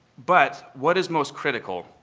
but what is most critical?